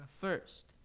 First